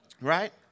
Right